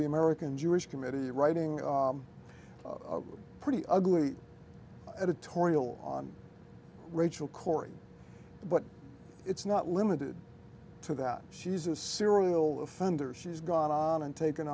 the american jewish committee writing a pretty ugly editorial on rachel corrie but it's not limited to that she's a serial offender she's gone on and taken